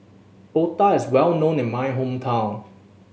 otah is well known in my hometown